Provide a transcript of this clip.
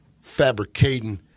fabricating